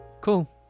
Cool